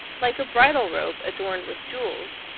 like a bridal robe adorned with jewels,